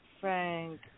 Frank